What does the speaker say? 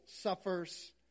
suffers